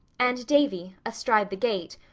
and davy, astride the gate,